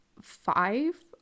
five